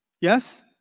Yes